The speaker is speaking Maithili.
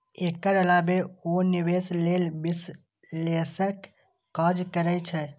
एकर अलावे ओ निवेश लेल विश्लेषणक काज करै छै